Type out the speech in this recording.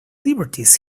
liberties